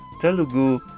Telugu